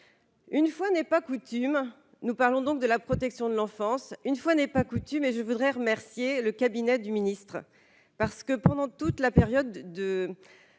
une fois n'est pas coutume nous parlons donc de la protection de l'enfance, une fois n'est pas coutume et je voudrais remercier le cabinet du ministre parce que pendant toute la période de